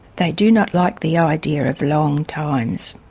they do not like the idea of long times.